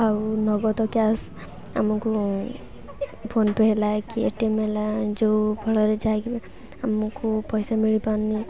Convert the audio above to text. ଆଉ ନଗଦ କ୍ୟାସ୍ ଆମକୁ ଫୋନ୍ ପେ ହେଲା କି ଏ ଟି ଏମ୍ ହେଲା ଯୋଉ ଫଳରେ ଯାଇକି ଆମକୁ ପଇସା ମିଳିପାରୁନି